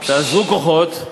תאזרו כוחות.